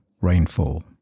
rainfall